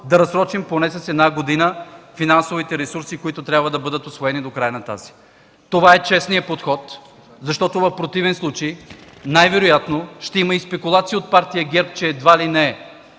да разсрочим поне с една година финансовите ресурси, които трябва да бъдат усвоени до края на тази година. Това е честен подход. В противен случай най-вероятно ще има спекулация и от Партия ГЕРБ, че едва ли не